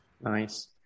Nice